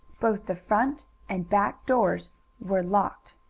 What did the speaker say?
both the front and back doors were locked.